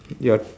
ya